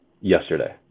yesterday